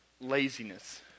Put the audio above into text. laziness